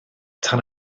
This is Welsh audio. tan